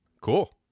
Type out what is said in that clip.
Cool